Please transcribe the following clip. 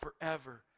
forever